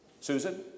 Susan